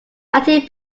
ninety